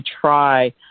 try